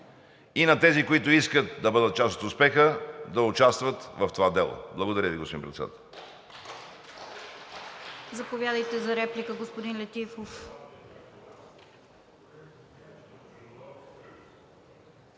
и на тези, които искат да бъдат част от успеха, да участват в това дело. Благодаря Ви, госпожо Председател.